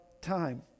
time